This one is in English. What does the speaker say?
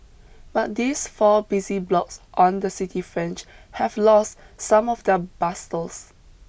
but these four busy blocks on the city fringe have lost some of their bustles